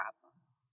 problems